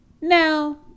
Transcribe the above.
Now